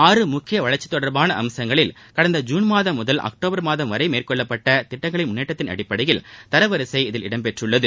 ஆறு முக்கிய வளர்ச்சி தொடர்பான அம்சங்களில் கடந்த ஜூன்மாதம் முதல் அக்டோபர் மாதம் வரை மேற்கொள்ளப்பட்ட திட்டங்களின் முன்னேற்றத்தின் அடிப்படையில் தரவரிசை இதில் இடம்பெற்றுள்ளது